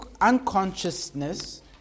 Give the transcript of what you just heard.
unconsciousness